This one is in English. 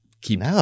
keep